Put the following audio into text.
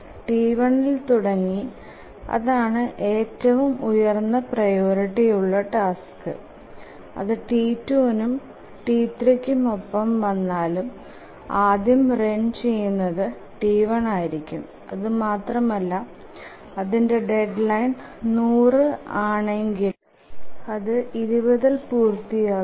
T1ഇൽ തുടങ്ങി അതാണ് ഏറ്റവും ഉയർന്ന പ്രിയോറിറ്റി ഉള്ള ടാസ്ക് അതു T2നും T3കും ഒപ്പം വന്നാലും ആദ്യം റൺ ചെയുനതു T1 ആയിരിക്കും അതു മാത്രമല്ല അതിന്ടെ ഡെഡ്ലൈൻ 100 ആണെകിലും അതു 20ഇൽ പൂർത്തിയാകും